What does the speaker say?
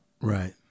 Right